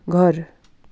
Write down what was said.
घर